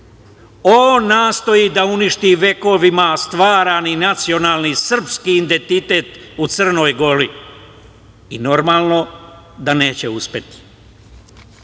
on nastoji da uništi vekovima stvaran i nacionalni srpski identitet u Crnoj Gori i normalno da neće